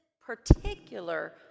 particular